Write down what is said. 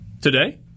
today